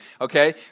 okay